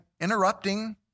interrupting